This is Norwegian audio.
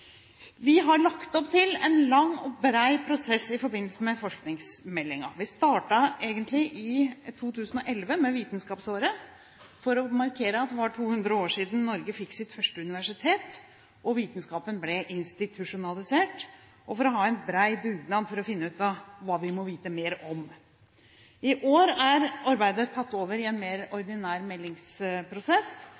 Vi har lagt opp til en lang og bred prosess i forbindelse med forskningsmeldingen. Vi startet egentlig i 2011 med Vitenskapsåret, for å markere at det var 200 år siden Norge fikk sitt første universitet og vitenskapen ble institusjonalisert, og for å ha en bred dugnad for å finne ut av hva vi må vite mer om. I år er arbeidet tatt over i en ordinær meldingsprosess, hvor det arbeides mer